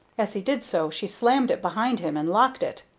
as he did so she slammed it behind him and locked it.